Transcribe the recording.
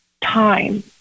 time